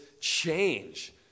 change